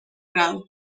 prado